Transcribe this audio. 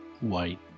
White